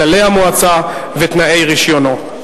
כללי המועצה ותנאי רשיונו.